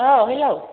औ हेलौ